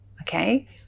okay